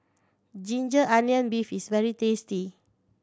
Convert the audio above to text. ginger onion beef is very tasty